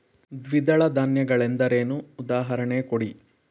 ದ್ವಿದಳ ಧಾನ್ಯ ಗಳೆಂದರೇನು, ಉದಾಹರಣೆ ಕೊಡಿ?